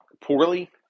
poorly